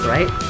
Right